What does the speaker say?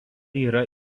yra